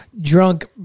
drunk